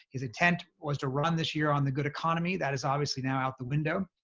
his attempt was to run this year on the good economy. that is obviously now out the window.